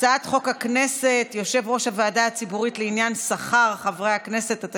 (יושב-ראש הוועדה הציבורית לעניין שכר חברי הכנסת),